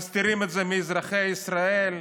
ומסתירים את זה מאזרחי ישראל.